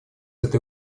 этой